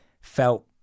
felt